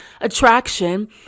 attraction